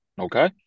Okay